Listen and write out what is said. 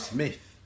Smith